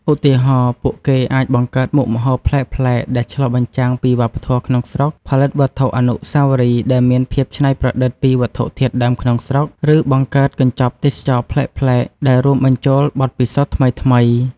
ឧទាហរណ៍ ពួកគេអាចបង្កើតមុខម្ហូបប្លែកៗដែលឆ្លុះបញ្ចាំងពីវប្បធម៌ក្នុងស្រុក ផលិតវត្ថុអនុស្សាវរីយ៍ដែលមានភាពច្នៃប្រឌិតពីវត្ថុធាតុដើមក្នុងស្រុក ឬបង្កើតកញ្ចប់ទេសចរណ៍ប្លែកៗដែលរួមបញ្ចូលបទពិសោធន៍ថ្មីៗ។